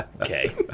okay